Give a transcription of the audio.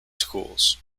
schools